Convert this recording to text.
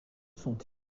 sont